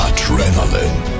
Adrenaline